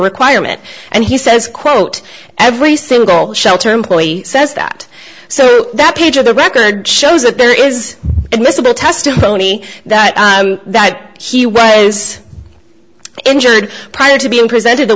requirement and he says quote every single shelter employee says that so that page of the record shows that there is admissible testimony that that he was injured prior to being presented the